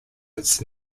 its